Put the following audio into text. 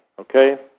okay